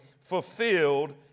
fulfilled